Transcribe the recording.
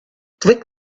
flick